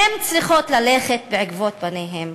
הן צריכות ללכת בעקבות בניהן.